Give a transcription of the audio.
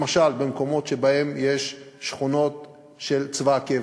למשל במקומות שבהם יש שכונות של צבא הקבע,